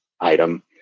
item